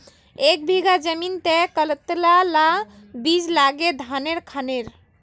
एक बीघा जमीन तय कतला ला बीज लागे धानेर खानेर?